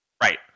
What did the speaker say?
Right